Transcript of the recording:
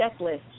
checklist